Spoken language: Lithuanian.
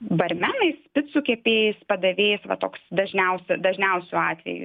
barmenais picų kepėjais padavėjais va toks dažniausi dažniausiu atveju